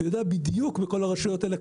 ויודע בדיוק כמה צריך לכל הרשויות האלה,